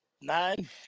nine